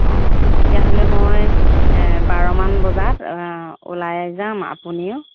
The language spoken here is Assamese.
অ' তেতিয়াহ'লে মই বাৰমান বজাত ওলাই যাম আপুনিও